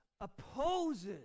opposes